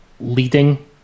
leading